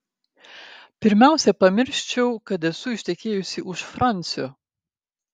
pirmiausia pamirščiau kad esu ištekėjusi už fransio